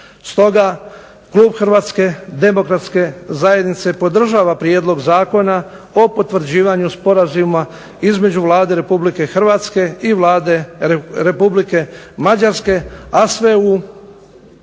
Stoga klub Hrvatske demokratske zajednice podržava prijedlog Zakona o potvrđivanju sporazuma između Vlade Republike Hrvatske, i Vlade Republike Mađarske, a sve u